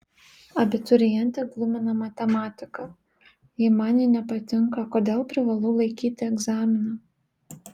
abiturientę glumina matematika jei man ji nepatinka kodėl privalau laikyti egzaminą